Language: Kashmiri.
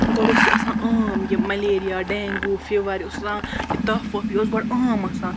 گۄڈٕ اوس یہِ آسان عام یہِ مَلیریہ ڈینٛگو فِوَر یہِ اوس آسان یہِ تَف وَف یہِ اوس گۄڈٕ عام آسان